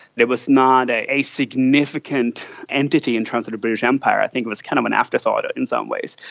there was not a significant entity in terms of the british empire, i think it was kind of an afterthought in some ways.